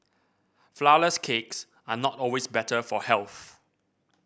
flourless cakes are not always better for health